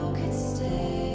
could stay?